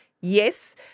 Yes